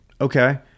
Okay